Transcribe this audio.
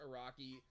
Iraqi